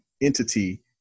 entity